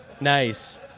Nice